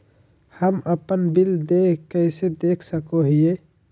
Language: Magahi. हम अपन बिल देय कैसे देख सको हियै?